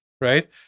right